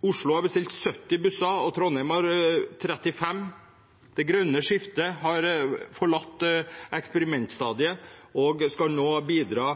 Oslo har bestilt 70 busser og Trondheim 35. Det grønne skiftet har forlatt eksperimentstadiet og skal nå bidra